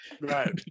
Right